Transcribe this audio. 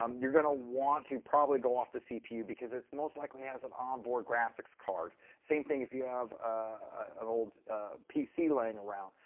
um you're gonna want to probably go off the cpu because it most likely has an onboard graphics card. same thing if you have an old pc laying around.